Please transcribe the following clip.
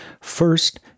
First